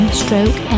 stroke